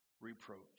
reproach